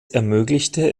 ermöglichte